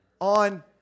On